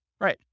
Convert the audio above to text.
Right